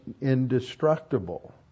indestructible